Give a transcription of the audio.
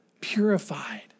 purified